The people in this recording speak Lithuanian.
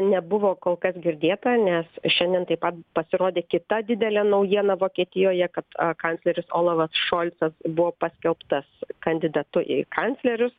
nebuvo kol kas girdėta nes šiandien taip pat pasirodė kita didelė naujiena vokietijoje kad kancleris olavas šolcas buvo paskelbtas kandidatu į kanclerius